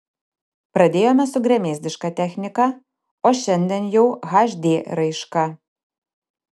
pradėjome su gremėzdiška technika o šiandien jau hd raiška